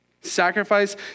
Sacrifice